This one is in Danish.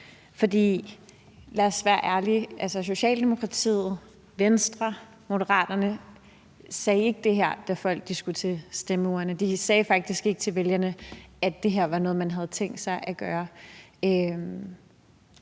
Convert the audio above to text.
Socialdemokratiet, Venstre og Moderaterne sagde ikke det her, da folk skulle til stemmeurnerne. De sagde faktisk ikke til vælgerne, at det her var noget, man havde tænkt sig at gøre.